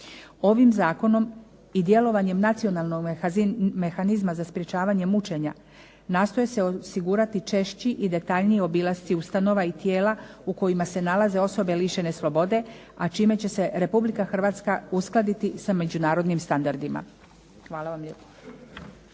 Ovim Zakonom i djelovanje nacionalnog mehanizma za sprečavanje mučenja nastoje se osigurati češći i detaljniji obilasci ustanova ili tijela u kojima se nalaze osobe lišene slobode, a čime će se Republika Hrvatska uskladiti sa međunarodnim standardima. Hvala vam lijepo.